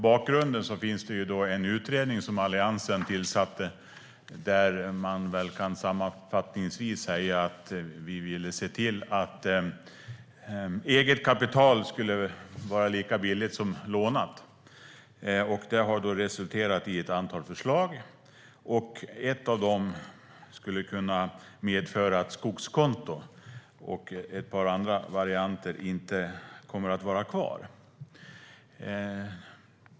Bakgrunden är att Alliansen tillsatte en utredning. Sammanfattningsvis kan man säga att vi ville se till att eget kapital skulle vara lika billigt som lånat. Detta har resulterat i ett antal förslag. Ett av dem skulle kunna medföra att skogskonto och ett par andra varianter inte kommer att vara kvar.